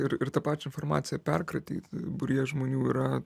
ir ir tą pačią formaciją perkratyt būryje žmonių yra